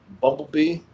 Bumblebee